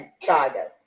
saga